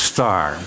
Star